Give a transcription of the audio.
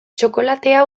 txokolatea